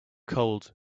cold